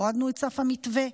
הורדנו את סף המתווה.